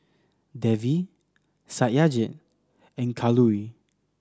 Devi Satyajit and Kalluri